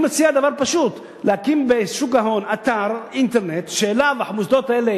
אני מציע דבר פשוט: להקים בשוק ההון אתר אינטרנט שהמוסדות האלה